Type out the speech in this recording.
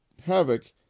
Havoc